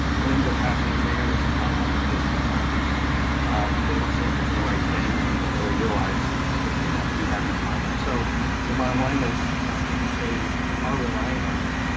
what ends up happening there that's a problem is sometimes they don't sample for the right things and don't really realize that they might be having a problem. so the bottom line is they are relying on you,